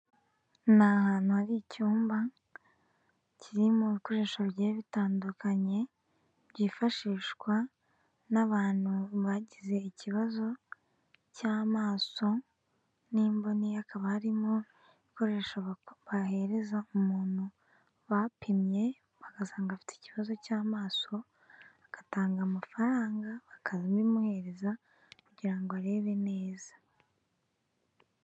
Ni ahantu hari icyumba kirimo ibikoresho bigiye bitandukanye, byifashishwa n'abantu bagize ikibazo cy'amaso n'imboni. Hakaba harimo ibikoresho bahereza umuntu bapimye bagasanga afite ikibazo cy'amaso, agatanga amafaranga bakabimuhereza, kugira ngo arebe neza.